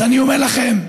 אני אומר לכם,